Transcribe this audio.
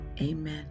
amen